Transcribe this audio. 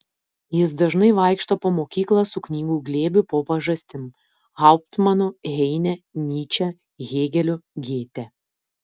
jis dažnai vaikšto po mokyklą su knygų glėbiu po pažastim hauptmanu heine nyče hėgeliu gėte